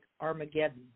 Armageddon